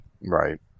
Right